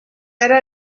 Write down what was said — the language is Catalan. era